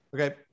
Okay